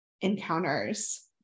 encounters